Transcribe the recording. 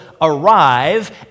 arrive